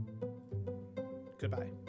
goodbye